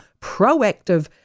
proactive